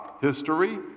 history